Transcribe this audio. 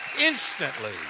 instantly